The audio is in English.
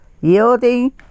yielding